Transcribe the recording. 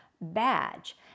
badge